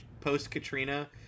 post-Katrina